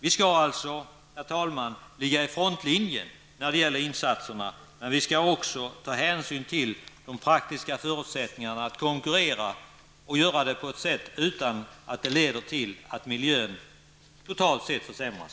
Vi skall alltså, herr talman, ligga i frontlinjen när det gäller insatserna, men vi skall också ta hänsyn till de praktiska förutsättningarna att konkurrera. Det skall ske på ett sådant sätt att det inte leder till att miljön totalt sett försämras.